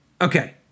Okay